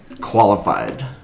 qualified